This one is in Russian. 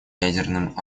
ядерным